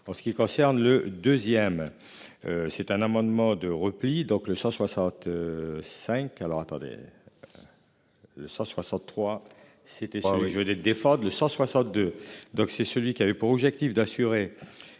En ce qui concerne le deuxième. C'est un amendement de repli donc le 165, alors attendez. Le 163 c'était oui je veux des défendent le 162 donc c'est celui qui avait pour objectif d'assurer.